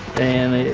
and